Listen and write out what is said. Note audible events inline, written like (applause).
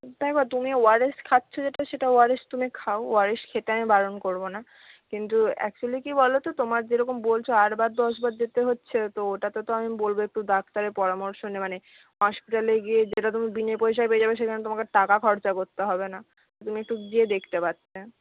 দেখো তুমি ওআরএস খাচ্ছো যেটা সেটা ওআরএস তুমি খাও ওআরএস খেতে আমি বারণ করবো না কিন্তু অ্যাকচুয়ালি কি বলো তো তোমার যেরকম বলছো আটবার দশবার যেতে হচ্ছে তো ওটাতে তো আমি বলবো একটু ডাক্তারের পরামর্শ (unintelligible) মানে হসপিটালে গিয়ে যেটা তুমি বিনে পয়সায় পেয়ে যাবে সেখানে তোমাকে টাকা খরচা করতে হবে না তুমি একটু গিয়ে দেখতে পারতে